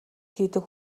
хийдэг